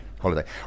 holiday